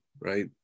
right